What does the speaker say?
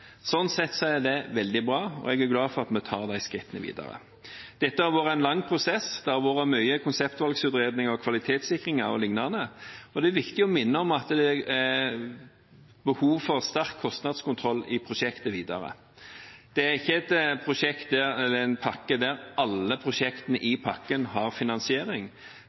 sett er det veldig bra, og jeg er glad for at vi tar de skrittene videre. Dette har vært en lang prosess. Det har vært mange konseptvalgutredninger, kvalitetssikringer og lignende. Det er viktig å minne om at det er behov for sterk kostnadskontroll i prosjektet videre. Det er ikke en pakke der alle prosjektene i pakken har finansiering.